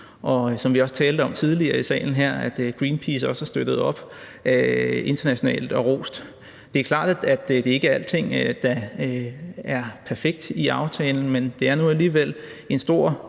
som vi også tidligere talte om i salen her, har Greenpeace også støttet op internationalt og er kommet med ros. Det er klart, at det ikke er alting i aftalen, der er perfekt, men det er nu alligevel en stor